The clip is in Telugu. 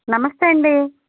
నమస్తే అండి